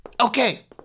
Okay